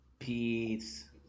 peace